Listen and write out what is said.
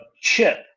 Chip